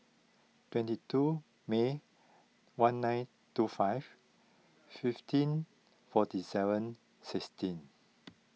twenty two May one nine two five fifteen forty seven sixteen